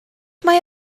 mae